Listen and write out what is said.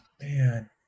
man